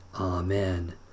Amen